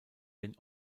den